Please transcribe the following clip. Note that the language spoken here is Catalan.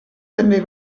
també